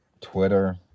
Twitter